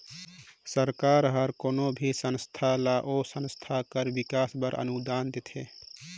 सरकार हर कोनो भी संस्था ल ओ संस्था कर बिकास बर अनुदान देथे